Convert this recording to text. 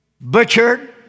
butchered